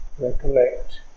recollect